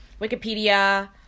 Wikipedia